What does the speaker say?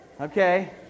Okay